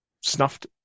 snuffed